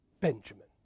Benjamin